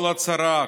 כל הצהרה,